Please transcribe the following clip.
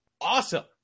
awesome